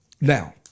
Now